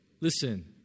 listen